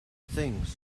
things